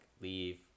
leave